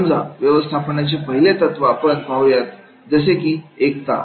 समजा व्यवस्थापनाचे पहिले तत्व आपण पाहूया जसे की एकता